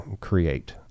create